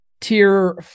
Tier